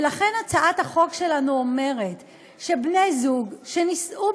ולכן הצעת החוק שלנו אומרת שבני זוג שנישאו